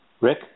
Rick